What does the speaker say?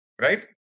right